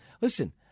Listen